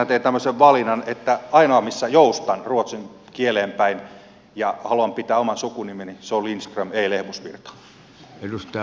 tein tämmöisen valinnan että ainoa missä joustan ruotsin kieleen päin on se että haluan pitää oman sukunimeni se on lindström ei lehmusvirta